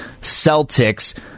Celtics